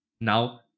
Now